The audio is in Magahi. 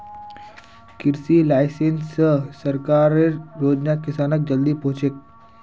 कृषि लाइसेंस स सरकारेर योजना किसानक जल्दी पहुंचछेक